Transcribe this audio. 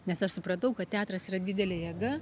nes aš supratau kad teatras yra didelė jėga